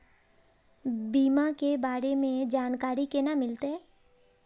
बीमा के बारे में जानकारी केना मिलते?